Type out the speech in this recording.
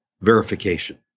verification